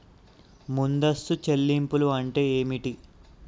ముందస్తు చెల్లింపులు అంటే ఏమిటి?